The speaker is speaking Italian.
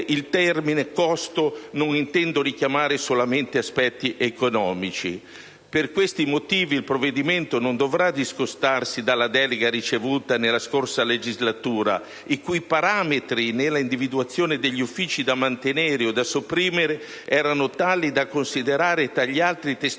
il termine «costo» non intendo richiamare solamente aspetti economici). Per questi motivi il provvedimento non dovrà discostarsi dalla delega ricevuta nella scorsa legislatura, i cui parametri nella individuazione degli uffici da mantenere o da sopprimere erano tali da considerare, tra gli altri, la